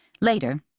Later